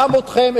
גם אתכם,